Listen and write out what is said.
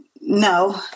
no